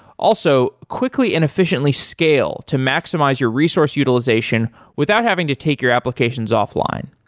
also, quickly and efficiently scale to maximize your resource utilization without having to take your applications offline.